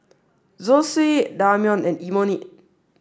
Zosui Ramyeon and Imoni